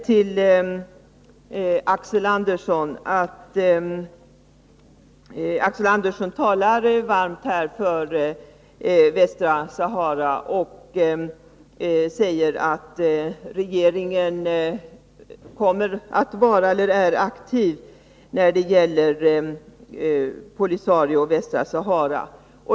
Herr talman! Axel Andersson talar varmt för Västra Sahara och säger att regeringen är aktiv när det gäller POLISARIO.